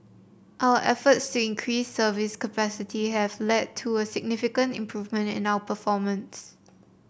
our efforts increase service capacity have led to a significant improvement in our performance